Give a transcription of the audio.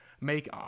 make